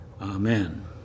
amen